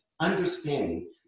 Understanding